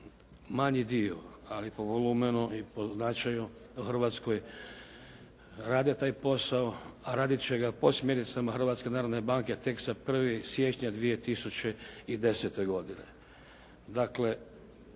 manji dio, ali po volumenu i po značaju u Hrvatskoj rade taj posao, a raditi će ga po smjernicama Hrvatske narodne banke tek sa 1. siječnja 2010. godine. Dakle